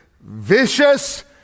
vicious